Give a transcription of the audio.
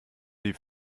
die